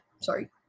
sorry